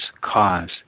cause